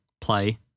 play